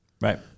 right